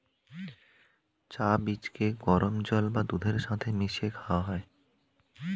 চা বীজকে গরম জল বা দুধের সাথে মিশিয়ে খাওয়া হয়